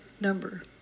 number